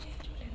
Jay Jhulelal